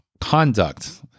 conduct